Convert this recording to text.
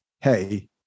Hey